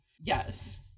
Yes